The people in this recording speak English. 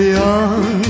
young